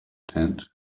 tent